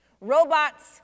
robots